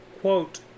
quote